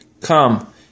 Come